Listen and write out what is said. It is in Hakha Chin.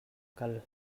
kal